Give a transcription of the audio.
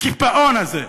הקיפאון הזה,